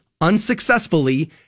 unsuccessfully